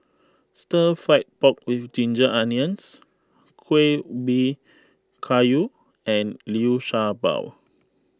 Stir Fried Pork with Ginger Onions Kueh Ubi Kayu and Liu Sha Bao